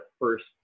first